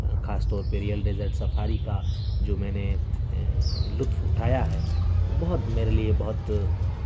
خاص طور پہ ریئل ڈیزرٹ سفاری کا جو میں نے لطف اٹھایا ہے وہ بہت میرے لیے بہت